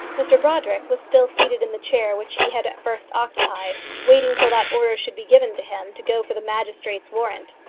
mr brodrick was still seated in the chair which he had at first occupied, waiting till that order should be given to him to go for the magistrate's warrant.